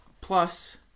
Plus